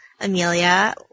Amelia